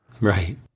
Right